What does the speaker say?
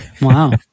Wow